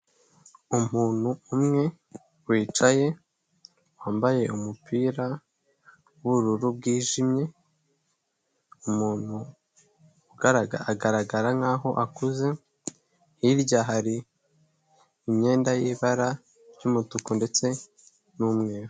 Umuntu umwe wicaye wambaye umupira w'ubururu bw'ijimye, umuntu ugaragara agaragara nkaho akuze hirya hari, imyenda y'ibara ry'umutuku ndetse n'umweru.